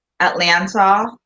Atlanta